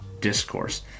Discourse